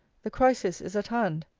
the crisis is at hand.